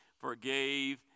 forgave